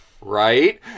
Right